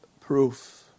proof